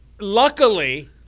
luckily